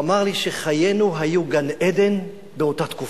והוא אמר לי: שחיינו היו גן-עדן באותה תקופה.